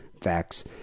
Facts